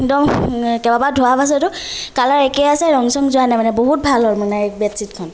একদম কেইবাবাৰ ধোৱাৰ পাছতো কালাৰ একেই আছে ৰং চং যোৱা নাই মানে বহুত ভাল আৰু মানে বেডছীটখন